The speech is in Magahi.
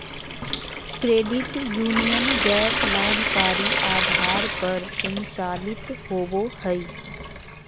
क्रेडिट यूनीयन गैर लाभकारी आधार पर संचालित होबो हइ